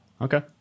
Okay